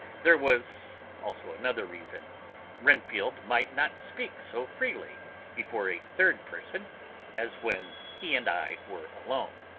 there was also another reason renfield might not speak so freely before a third person as when he and i were alone.